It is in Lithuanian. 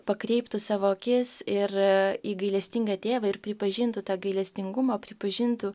pakreiptų savo akis ir į gailestingą tėvą ir pripažintų tą gailestingumą pripažintų